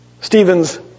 Stephen's